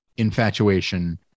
Infatuation